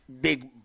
Big